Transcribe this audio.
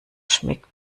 schmeckt